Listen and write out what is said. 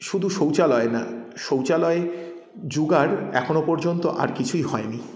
শুধু শৌচালয় না শৌচালয় যুগ আর এখনও পর্যন্ত আর কিছুই হয়নি